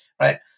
Right